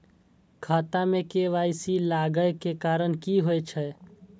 खाता मे के.वाई.सी लागै के कारण की होय छै?